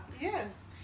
yes